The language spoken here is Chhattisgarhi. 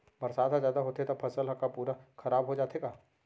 बरसात ह जादा होथे त फसल ह का पूरा खराब हो जाथे का?